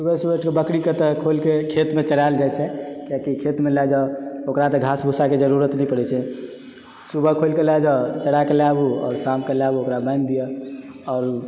सुबह सुबह उठिके बकरीके तऽ खोलिके खेतमे चरायल जाइ छै कियाकि खेतमे लए जाउ ओकरा तऽ घास भुस्साके जरुरत नहि पड़ैत छै सुबह खोलिके लए जाउ चराके लए आबु आओर शामके लए आबु ओकरा बान्हि दिअ आओर